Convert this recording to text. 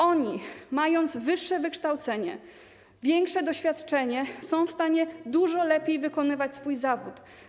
Oni, mając wyższe wykształcenie, większe doświadczenie, są w stanie dużo lepiej wykonywać swój zawód.